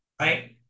Right